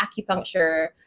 acupuncture